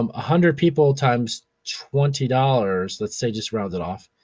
um hundred people times twenty dollars, let's say, just round it off,